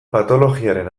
patologiaren